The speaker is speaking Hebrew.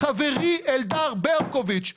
חברי אלדר ברקוביץ',